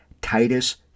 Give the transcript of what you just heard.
Titus